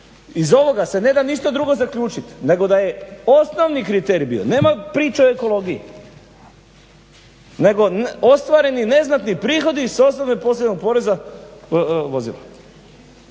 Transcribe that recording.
iz ovoga se ne da ništa drugo zaključiti nego da je osnovni kriterij bio, nema priče o ekologiji, nego ostvareni neznatni prihodi s osnove posebnog poreza vozila.